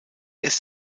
ist